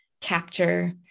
capture